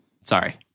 sorry